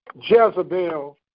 Jezebel